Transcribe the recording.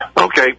Okay